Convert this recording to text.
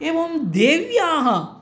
एवं देव्याः